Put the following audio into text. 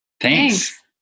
Thanks